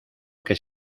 que